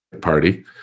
party